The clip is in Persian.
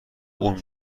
اون